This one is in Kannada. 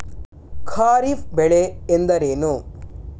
ಖಾರಿಫ್ ಬೆಳೆ ಎಂದರೇನು?